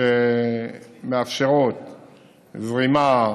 שמאפשרות זרימה,